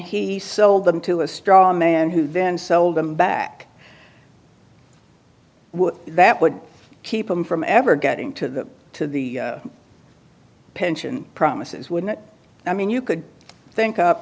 he sold them to a straw man who then sold them back that would keep him from ever getting to the to the pension promises wouldn't it i mean you could think up